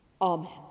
Amen